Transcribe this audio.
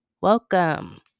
Welcome